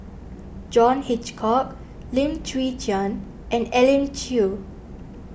John Hitchcock Lim Chwee Chian and Elim Chew